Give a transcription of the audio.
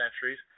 centuries